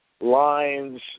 lines